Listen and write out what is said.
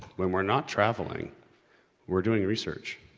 when we're not traveling we're doing research.